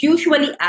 Usually